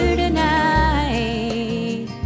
tonight